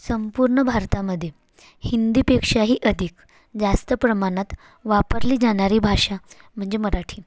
संपूर्ण भारतामध्ये हिंदीपेक्षा ही अधिक जास्त प्रमाणात वापरली जाणारी भाषा म्हणजे मराठी